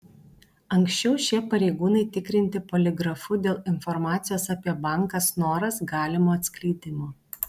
anksčiau šie pareigūnai tikrinti poligrafu dėl informacijos apie banką snoras galimo atskleidimo